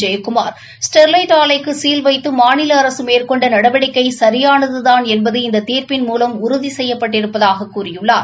Jayakumar Sterlite ஆலைக்கு சீலவைத்து மாநில அரசு மேற்கொண்ட நடவடிக்கை சியானதுதான் என்பது இந்த தீர்ப்பின் மூவம் உறுதி செய்யப்பட்டிருப்பதாக கூறியுள்ளார்